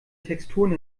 texturen